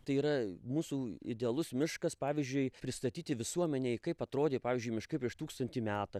tai yra mūsų idealus miškas pavyzdžiui pristatyti visuomenei kaip atrodė pavyzdžiui miškai prieš tūkstantį meta